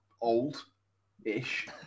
old-ish